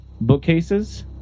bookcases